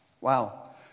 Wow